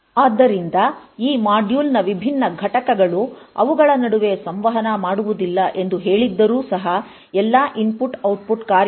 ಆದ್ದರಿಂದ ಈ ಮಾಡ್ಯೂಲ್ನ ವಿಭಿನ್ನ ಘಟಕಗಳು ಅವುಗಳ ನಡುವೆ ಸಂವಹನ ಮಾಡುವುದಿಲ್ಲ ಎಂದು ಹೇಳಿದ್ದರೂ ಸಹ ಎಲ್ಲಾ ಇನ್ಪುಟ್ಔಟ್ಪುಟ್ ಕಾರ್ಯಾಚರಣೆಗಳು ಪರಿಕಲ್ಪನಾ ಗಡಿ ಇಲ್ಲಿ ಇದೆ